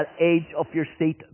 age-of-your-seat